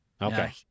Okay